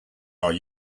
are